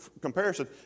comparison